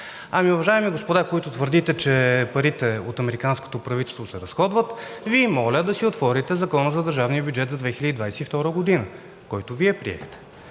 Ами, уважаеми господа, които твърдите, че парите от американското правителство се разходват, моля Ви да си отворите Закона за държавния бюджет за 2022 г., който Вие приехте.